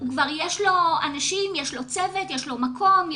כבר יש אנשים, יש לו צוות, יש לו מקום.